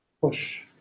push